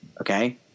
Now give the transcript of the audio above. okay